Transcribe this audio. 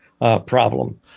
problem